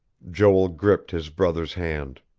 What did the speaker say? joel gripped his brother's hand.